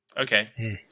okay